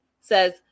says